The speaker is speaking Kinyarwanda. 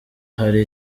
ari